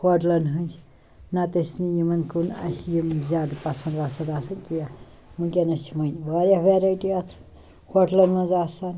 ہوٹلَن ۂنٛدۍ نَتہٕ ٲسۍ نہٕ یِمَن کُن اَسہِ یِم زیادٕ پسنٛد وَسنٛد آسان کیٚنہہ ؤنکیٚنَس چھِ ؤنۍ واریاہ وٮ۪رَیٹی اَتھ ہوٹلَن منٛز آسان